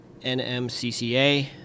NMCCA